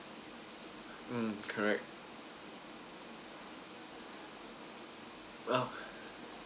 um correct well